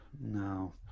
no